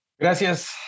Gracias